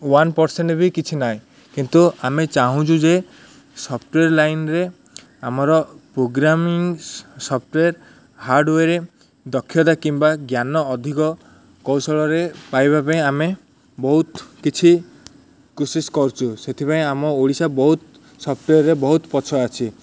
one percent ବି କିଛି ନାହିଁ କିନ୍ତୁ ଆମେ ଚାହୁଁଚୁ ଯେ ସଫ୍ଟୱେର୍ ଲାଇନ୍ରେ ଆମର ପୋଗ୍ରାମିଂ ସଫ୍ଟୱେର୍ ହାର୍ଡ଼ୱେରେ ଦକ୍ଷତା କିମ୍ବା ଜ୍ଞାନ ଅଧିକ କୌଶଳରେ ପାଇବା ପାଇଁ ଆମେ ବହୁତ କିଛି କଶିଶ କରୁଛୁ ସେଥିପାଇଁ ଆମ ଓଡ଼ିଶା ବହୁତ ସଫ୍ଟୱେରରେ ବହୁତ ପଛରେ ଅଛି